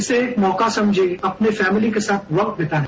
इसे एक मौका समझें अपनी फैमिली के साथ वक्त बीताने का